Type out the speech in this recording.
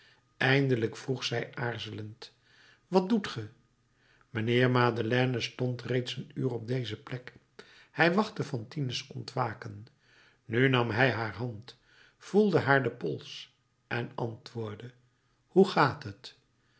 eindelijk vroeg zij aarzelend wat doet ge mijnheer madeleine stond reeds een uur op deze plek hij wachtte fantine's ontwaken nu nam hij haar hand voelde haar den pols en antwoordde hoe gaat het